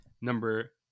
Number